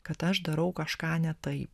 kad aš darau kažką ne taip